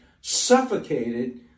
suffocated